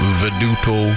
veduto